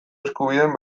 eskubideen